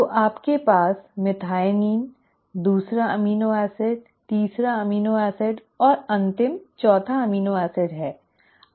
तो आपके पास मेथिओनिन दूसरा अमीनो एसिड तीसरा अमीनो एसिड और अंतिम चौथा एमिनो एसिड है